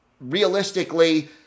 realistically